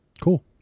Cool